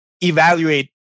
evaluate